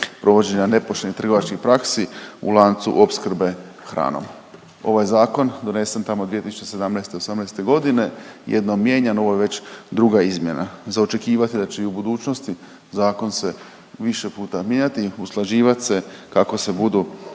nepoštenih trgovačkih praksi u lancu opskrbe hranom. Ovaj zakon donesen tamo 2017., '18. godine, jednom mijenjan, ovo je već druga izmjena. Za očekivat je da će i u budućnosti zakon se više puta mijenjati i usklađivat se kako se budu